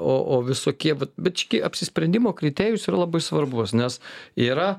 o o visokie vat bet čia gi apsisprendimo kriterijus yra labai svarbus nes yra